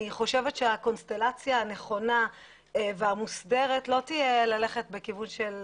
אני חושבת שהקונסטלציה הנכונה והמוסדרת לא תהיה ללכת בכיוון של